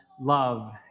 love